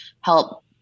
help